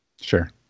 Sure